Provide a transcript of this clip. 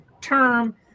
term